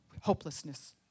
hopelessness